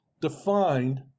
defined